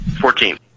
Fourteen